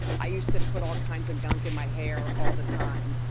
i used to put all kinds of gunk in my hair all the time.